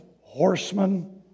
horsemen